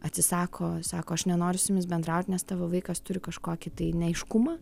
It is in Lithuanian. atsisako sako aš nenoriu su jumis bendrauti nes tavo vaikas turi kažkokį tai neaiškumą